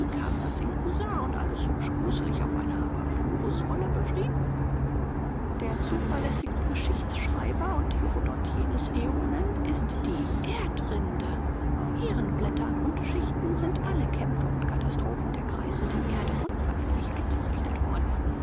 und alles hübsch gruselig auf einer papyrusrolle beschrieb der zuverlässige geschichtsschreiber und herodot jener äonen ist die erdrinde auf ihren blättern und schichten sind alle kämpfe und katastrophen der kreisenden erde unvergänglich eingezeichnet worden